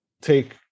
take